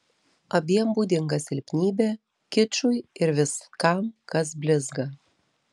abiem būdinga silpnybė kičui ir viskam kas blizga